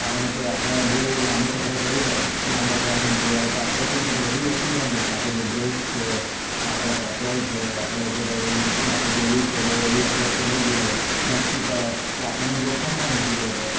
કારણકે આપણે બહુ લાંબો સફર કરીએ લાંબા પ્રવાસે નીકળ્યા હોય તો આપણે શું છે બધી વસ્તુનું ત્યાં ધ્યાન રાખવું જોઈએ બ્રેક છે કે આપણે પેટ્રોલ છે આપણે કે ભાઈ ગાડી કેવી છે બહુ એવી અધ્ધવચ્ચે લઈ જઈએ ને અટકી પડે તો આપણને જોખમમાં મુકી દે એ તો